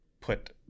put